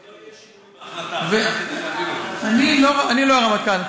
זאת אומרת, לא יהיה שינוי בהחלטה, אני לא הרמטכ"ל.